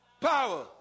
Power